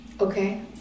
Okay